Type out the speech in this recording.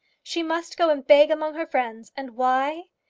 she must go and beg among her friends. and why?